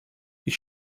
ich